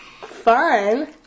Fun